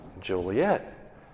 Juliet